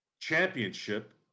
championship